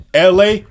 LA